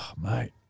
Mate